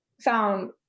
found